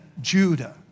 Judah